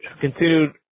Continued